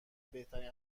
بهترین